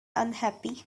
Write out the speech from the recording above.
unhappy